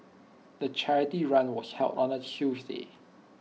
the charity run was held on A Tuesday